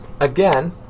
Again